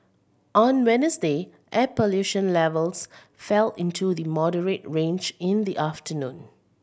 on Wednesday air pollution levels fell into the moderate range in the afternoon